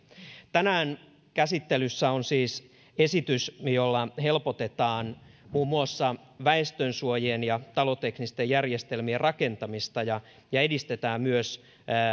tänään käsittelyssä on siis esitys jolla helpotetaan muun muassa väestönsuojien ja taloteknisten järjestelmien rakentamista ja ja edistetään myös